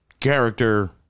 character